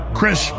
chris